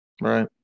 Right